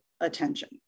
attention